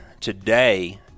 today